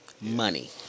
money